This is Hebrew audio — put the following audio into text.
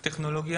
טווח.